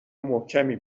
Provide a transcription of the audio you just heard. محکمی